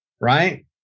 Right